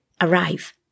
arrive